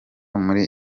muri